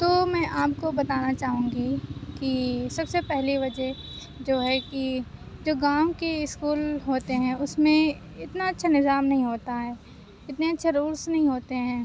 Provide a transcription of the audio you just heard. تو میں آپ کو بتانا چاہوں گی کہ سب سے پہلی وجہ جو ہے کہ جو گاؤں کے اسکول ہوتے ہیں اس میں اتنا اچھا نظام نہیں ہوتا ہے اتنے اچھے رولس نہیں ہوتے ہیں